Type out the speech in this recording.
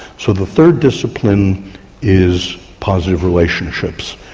so, the third discipline is positive relationships.